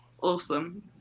Awesome